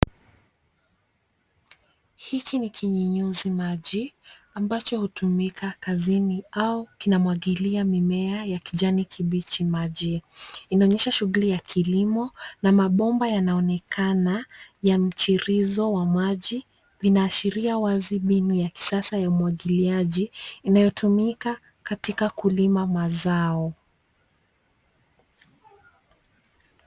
Hiki ni kinyinyuzi maji ambacho kinatumika kazini au kinamwagilia mimea ya kijani kibichi maji. Inaonyesha shughuli ya kilimo na mabomba yanaonekana viashitio vya maji